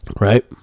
right